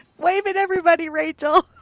wave at everybody rachel.